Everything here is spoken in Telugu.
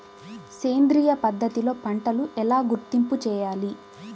సేంద్రియ పద్ధతిలో పంటలు ఎలా గుర్తింపు చేయాలి?